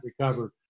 recovered